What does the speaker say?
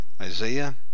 Isaiah